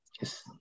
Yes